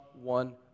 one